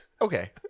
Okay